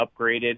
upgraded